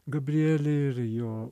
gabrielė ir jo